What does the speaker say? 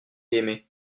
aimé